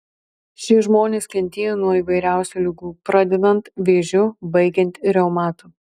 šie žmonės kentėjo nuo įvairiausių ligų pradedant vėžiu baigiant reumatu